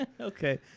Okay